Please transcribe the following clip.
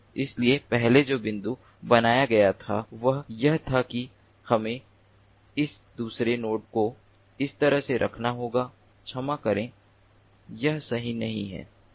इसलिए पहले जो बिंदु बनाया गया था वह यह था कि हमें इस दूसरे नोड को इस तरह से रखना होगा क्षमा करे यह सही नहीं है